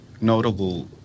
notable